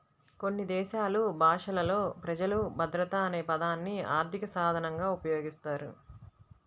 కొన్ని దేశాలు భాషలలో ప్రజలు భద్రత అనే పదాన్ని ఆర్థిక సాధనంగా ఉపయోగిస్తారు